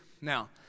Now